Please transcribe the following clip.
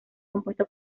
compuesto